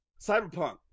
Cyberpunk